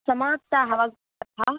समाप्ताः वा गुलिकाः